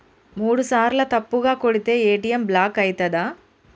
మూడుసార్ల తప్పుగా కొడితే ఏ.టి.ఎమ్ బ్లాక్ ఐతదా?